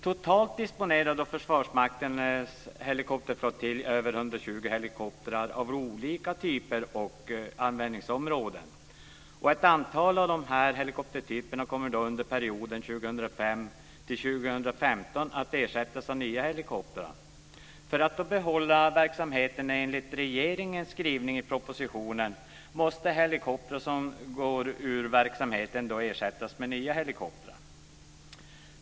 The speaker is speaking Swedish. Totalt disponerar Försvarsmaktens helikopterflottilj över 120 helikoptrar av olika typer och användningsområden. Ett antal av de här helikoptertyperna kommer under perioden 2005-2015 att ersättas av nya helikoptrar. För att man då ska kunna behålla verksamheten enligt regeringens skrivning i propositionen måste helikoptrar som går ur verksamheten ersätts med nya helikoptrar.